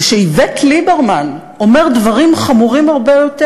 כשאיווט ליברמן אומר דברים חמורים הרבה יותר?